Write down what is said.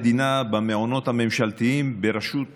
מהמעונות הממשלתיים הפסיק משרד העבודה,